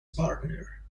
partner